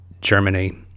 Germany